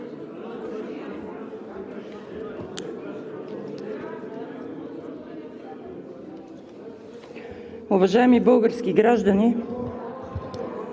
Уважаеми български граждани,